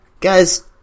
Guys